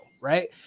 right